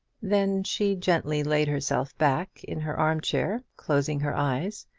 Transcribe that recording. then she gently laid herself back in her arm-chair, closing her eyes,